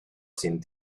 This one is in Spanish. sin